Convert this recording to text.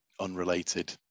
unrelated